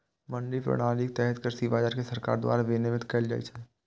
मंडी प्रणालीक तहत कृषि बाजार कें सरकार द्वारा विनियमित कैल जाइ छै